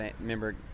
remember